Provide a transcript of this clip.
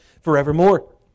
forevermore